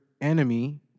enemy